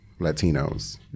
Latinos